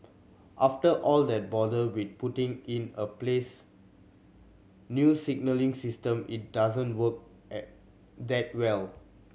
after all that bother with putting in a place a new signalling system it doesn't work that well